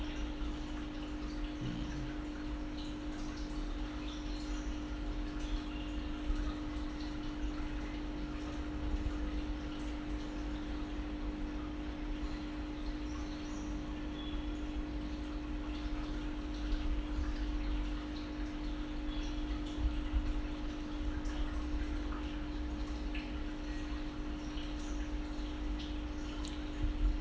mm